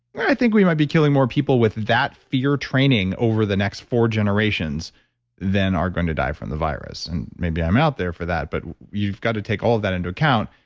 i think we might be killing more people with that fear training over the next four generations than are going to die from the virus. and maybe i'm out there for that, but you've got to take all of that into account.